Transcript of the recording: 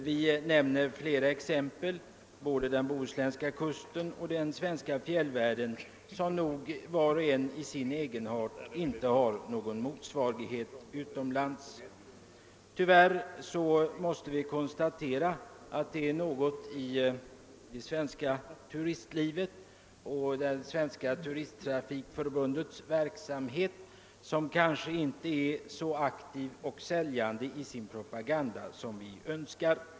Vi nämner flera exempel, både den bohuslänska kusten och den svenska fjällvärlden, vilka var och en i sin egenart knappast har någon motsvarighet utomlands. Tyvärr måste vi konstatera att det svenska turistväsendet och det svenska turisttrafikförbundet kanske inte är så aktiva och säljande i sin propaganda som man kunde önska.